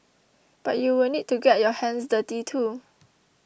but you will need to get your hands dirty too